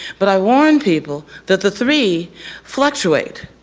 but i warn people that the three fluctuate.